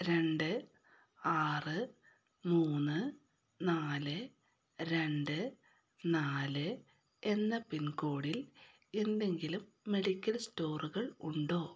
രണ്ട് ആറ് മൂന്ന് നാല് രണ്ട് നാല് എന്ന പിൻകോഡിൽ എന്തെങ്കിലും മെഡിക്കൽ സ്റ്റോറുകൾ ഉണ്ടോ